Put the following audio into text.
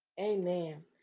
Amen